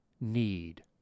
need